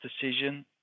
decision